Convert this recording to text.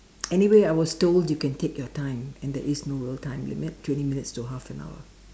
anyway I was told you can take your time and there is no real time limit twenty minutes to half and hour